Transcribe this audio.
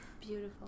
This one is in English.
beautiful